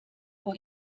vor